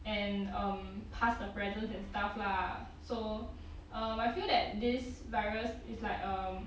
and um pass the presents and stuff lah so I feel that this virus is like um